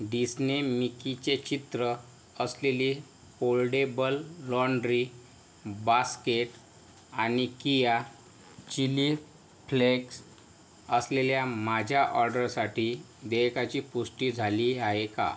Disney मिकीचे चित्र असलेली फोल्डेबल लॉन्ड्री बास्केट आणि किया चिली फ्लेक्स असलेल्या माझ्या ऑर्डरसाठी देयकाची पुष्टी झाली आहे का